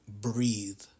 Breathe